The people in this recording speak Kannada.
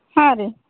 ಹಾಂ ರೀ